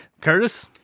Curtis